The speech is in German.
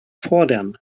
fordern